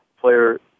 player